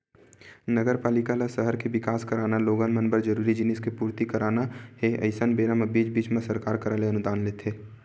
नगरपालिका ल सहर के बिकास कराना लोगन मन बर जरूरी जिनिस के पूरति कराना हे अइसन बेरा म बीच बीच म सरकार करा ले अनुदान लेथे